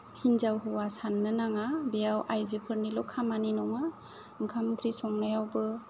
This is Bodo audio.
हिनजाव हौवा साननो नाङा बेयाव आयजोफोरनिल' खामानि नङा ओंखाम ओंख्रि संनायावबो